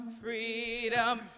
freedom